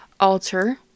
alter